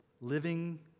Living